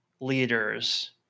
leaders